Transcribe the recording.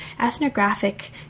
ethnographic